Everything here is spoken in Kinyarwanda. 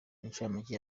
incamake